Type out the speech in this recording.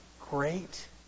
great